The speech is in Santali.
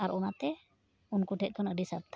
ᱟᱨ ᱩᱱᱟᱛᱮ ᱩᱱᱠᱩᱴᱷᱮᱱ ᱠᱷᱚᱱᱟᱜ ᱟᱹᱰᱤ ᱥᱟᱵᱫᱷᱟᱱ